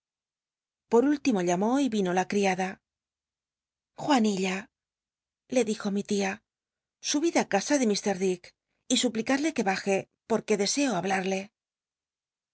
por último llamó y vino la criada j uanilla le dijo mi tia subid á casa de ir dick y suplicadle que baje porque deseo hablarle